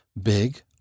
big